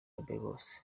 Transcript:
bose